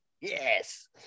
yes